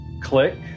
click